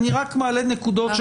מעלה נקודות,